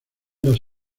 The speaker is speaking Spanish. dos